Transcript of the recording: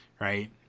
right